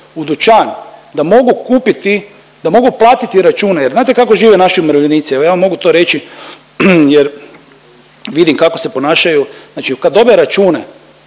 u dućan da mogu kupiti, da mogu platiti račune. Jer znate kako žive naši umirovljenici, evo ja vam mogu to reći jer vidim kako se ponašaju, znači kad dobe računa